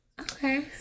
Okay